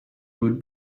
could